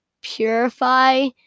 purify